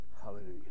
Hallelujah